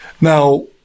Now